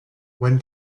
when